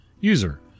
User